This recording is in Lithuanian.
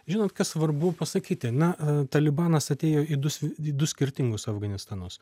žinot kas svarbu pasakyti na talibanas atėjo į du du skirtingus afganistanus